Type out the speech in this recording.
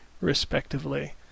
respectively